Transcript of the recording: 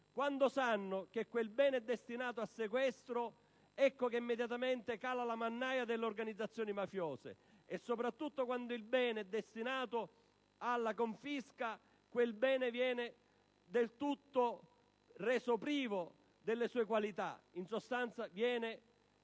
Quando sanno che quel bene è destinato al sequestro, ecco che immediatamente cala la mannaia delle organizzazioni mafiose, e quando soprattutto il bene è destinato alla confisca viene del tutto reso privo delle sue qualità. In sostanza viene